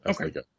Okay